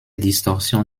distorsion